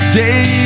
day